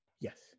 yes